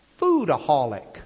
Foodaholic